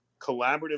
collaborative